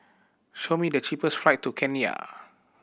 show me the cheapest flight to Kenya